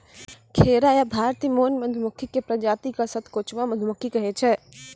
खैरा या भारतीय मौन मधुमक्खी के प्रजाति क सतकोचवा मधुमक्खी कहै छै